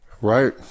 Right